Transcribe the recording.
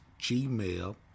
gmail